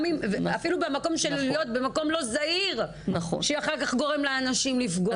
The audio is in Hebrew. אפילו להיות במקום לא זהיר שאחר כך גורם לאנשים לפגוע.